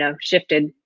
shifted